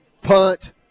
punt